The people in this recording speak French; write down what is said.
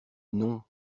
non